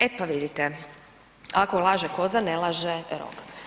E pa vidite, ako laže koza, ne laže rog.